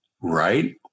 Right